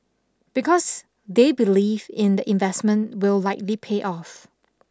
because they believe in the investment will likely pay off